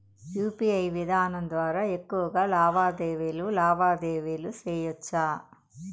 UPI విధానం ద్వారా ఎక్కువగా లావాదేవీలు లావాదేవీలు సేయొచ్చా?